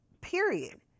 period